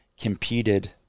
competed